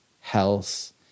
health